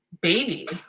baby